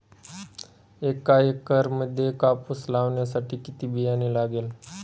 एका एकरामध्ये कापूस लावण्यासाठी किती बियाणे लागेल?